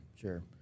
sure